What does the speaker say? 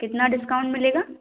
कितना डिस्काउंट मिलेगा